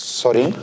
sorry